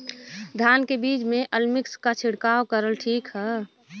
धान के बिज में अलमिक्स क छिड़काव करल ठीक ह?